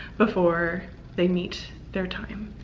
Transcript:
before they meet their time.